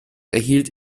erhielt